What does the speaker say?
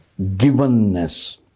givenness